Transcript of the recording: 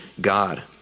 God